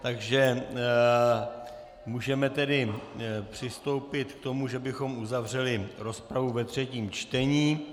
Takže můžeme tedy přistoupit k tomu, že bychom uzavřeli rozpravu ve třetím čtení.